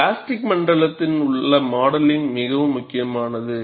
plastic மண்டலத்தின் உங்கள் modelling மிகவும் முக்கியமானது